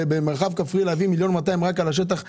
במרחב הכפרי מיליון ו-200 אלף שקלים רק על השטח כי